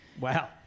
Wow